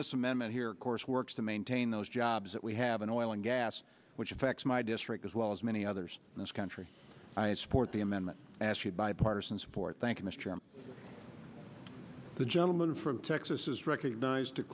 this amendment here course work to maintain those jobs that we have in oil and gas which affects my district as well as many others in this country i support the amendment as had bipartisan support thank you mr chairman the gentleman from texas is recognized t